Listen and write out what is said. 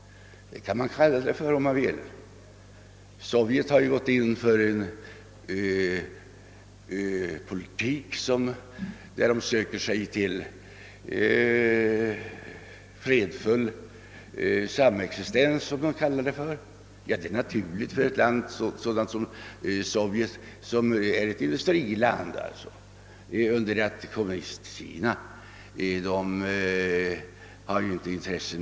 Ja, man kan ju kalla det så om man vill. Sovjet har gått in för en politik som säger sig syfta till en fredlig samexistens, och det är naturligt för ett industriland som Sovjet. Kommunistkina däremot har inga sådana intressen.